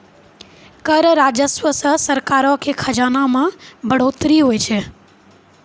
कर राजस्व से सरकारो के खजाना मे बढ़ोतरी होय छै